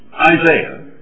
Isaiah